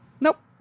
Nope